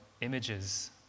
images